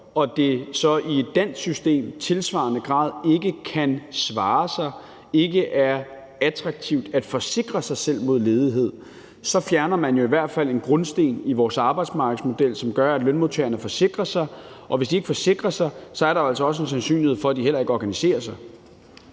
og det så i et dansk system i tilsvarende grad ikke kan svare sig og ikke er attraktivt at forsikre sig selv mod ledighed, fjerner man i hvert fald en grundsten i vores arbejdsmarkedsmodel, som gør, at lønmodtagerne forsikrer sig, og hvis de ikke forsikrer sig, er der altså en sandsynlighed for, at de heller ikke organiserer sig.